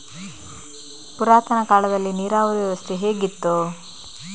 ಪುರಾತನ ಕಾಲದಲ್ಲಿ ನೀರಾವರಿ ವ್ಯವಸ್ಥೆ ಹೇಗಿತ್ತು?